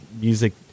music